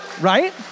Right